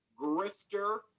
grifter